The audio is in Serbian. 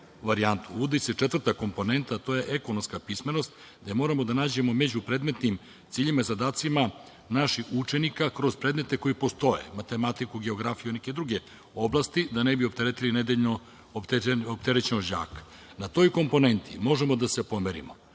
uvodi se četvrta komponenta, a to je ekonomska pismenost, gde moramo da nađemo među predmetnim ciljevima i zadacima naših učenika kroz predmete koji postoje, matematiku, geografiju, neke druge oblasti, da ne bi opteretili nedeljno opterećenost đaka. Na toj komponenti možemo da se pomerimo.